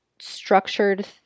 structured